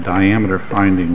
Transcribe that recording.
diameter finding